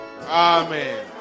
Amen